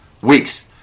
weeks